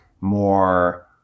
more